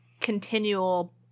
continual